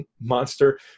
monster